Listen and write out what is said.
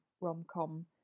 rom-com